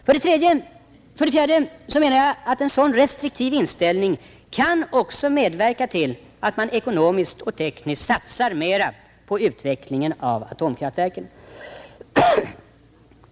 För det fjärde menar jag att en sådan restriktiv inställning också kan medverka till att man ekonomiskt och tekniskt satsar mera på utvecklingen av atomkraftverken.